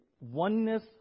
oneness